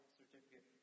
certificate